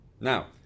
Now